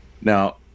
Now